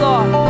Lord